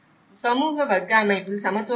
சமூக வர்க்க அமைப்பில் சமத்துவம் உள்ளது